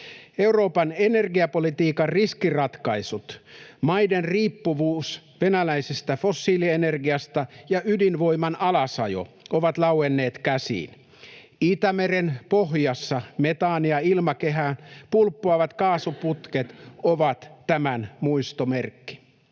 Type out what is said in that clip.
Euroopan energiapolitiikan riskiratkaisut, maiden riippuvuus venäläisestä fossiilienergiasta ja ydinvoiman alasajo, ovat lauenneet käsiin. Itämeren pohjassa metaania ilmakehään pulppuavat kaasuputket ovat tämän muistomerkki.